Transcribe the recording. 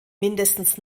mindestens